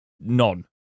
none